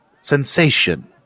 sensation